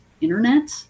internet